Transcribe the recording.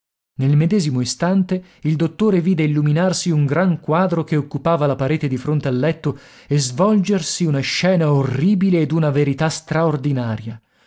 nel medesimo istante il dottore vide illuminarsi un gran quadro che occupava la parete di fronte al letto e svolgersi una scena orribile e d'una verità straordinaria